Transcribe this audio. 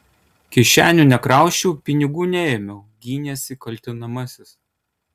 kišenių nekrausčiau pinigų neėmiau gynėsi kaltinamasis